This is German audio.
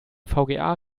vga